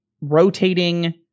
rotating